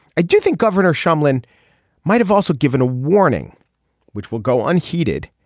i do think governor shumlin might have also given a warning which will go unheeded